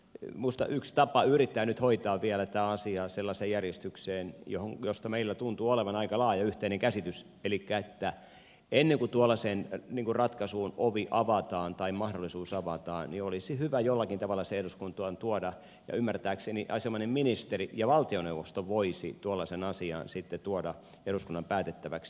minusta yksi tapa yrittää nyt hoitaa vielä tämä asia sellaiseen järjestykseen josta meillä tuntuu olevan aika laaja yhteinen käsitys olisi se että ennen kuin tuollaiseen ratkaisuun ovi avataan tai mahdollisuus avataan olisi hyvä jollakin tavalla se eduskuntaan tuoda ja ymmärtääkseni asianomainen ministeri ja valtioneuvosto voisi tuollaisen asian sitten tuoda eduskunnan päätettäväksi